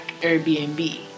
Airbnb